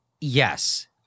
Yes